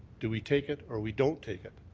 do we take it or we don't take it,